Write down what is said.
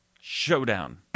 showdown